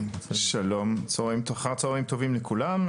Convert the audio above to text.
שלום לכולם.